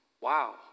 Wow